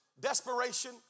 desperation